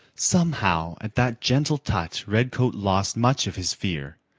somehow at that gentle touch redcoat lost much of his fear,